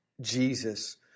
Jesus